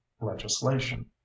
legislation